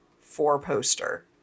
four-poster